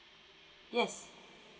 yes